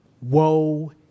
woe